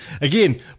again